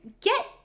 get